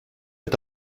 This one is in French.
est